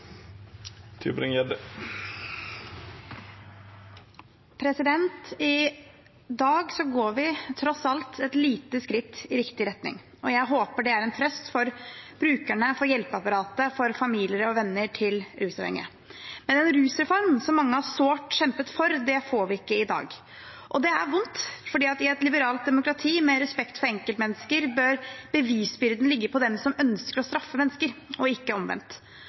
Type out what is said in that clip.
I dag går vi tross alt et lite skritt i riktig retning. Jeg håper det er en trøst for brukerne, for hjelpeapparatet og for familier og venner til rusavhengige. Men en rusreform, som mange sårt har kjempet for, får vi ikke i dag. Det er vondt, for i et liberalt demokrati med respekt for enkeltmennesker bør bevisbyrden ligge på dem som ønsker å straffe mennesker, ikke omvendt.